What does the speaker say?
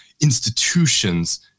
institutions